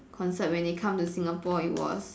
concert when they come to Singapore it was